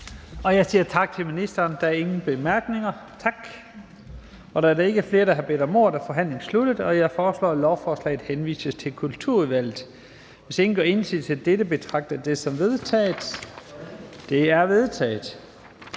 Jeg siger tak til ministeren. Der er ingen korte bemærkninger. Tak Da der ikke er flere, der har bedt om ordet, er forhandlingen sluttet. Jeg foreslår, at lovforslaget henvises til Kulturudvalget. Hvis ingen gør indsigelse, betragter jeg det som vedtaget. Det er vedtaget.